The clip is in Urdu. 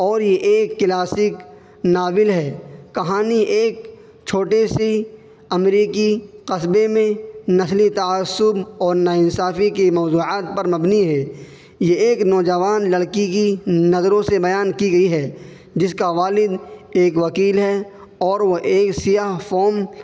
اور یہ ایک کلاسک ناول ہے کہانی ایک چھوٹی سی امریکی قصبے میں نسلی تعصب اور ناانصافی کی موضوعات پر مبنی ہے یہ ایک نوجوان لڑکی کی نظروں سے بیان کی گئی ہے جس کا والد ایک وکیل ہے اور وہ ایک سیاہ فوم